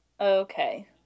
Okay